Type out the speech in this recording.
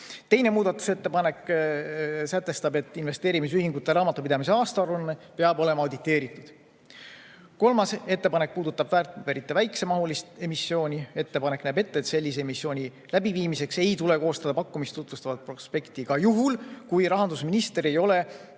Teine muudatusettepanek sätestab, et investeerimisühingute raamatupidamise aastaaruanne peab olema auditeeritud. Kolmas ettepanek puudutab väärtpaberite väiksemahulist emissiooni. Ettepanek näeb ette, et sellise emissiooni läbiviimiseks ei tule koostada pakkumist tutvustavat prospekti ka juhul, kui rahandusminister ei ole